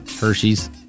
Hershey's